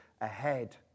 ahead